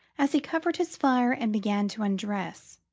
as he covered his fire and began to undress.